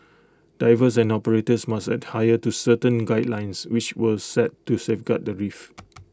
divers and operators must to certain guidelines which were set to safeguard the reef